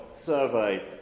survey